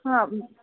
हा